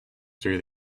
through